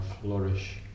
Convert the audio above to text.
flourish